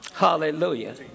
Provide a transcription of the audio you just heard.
Hallelujah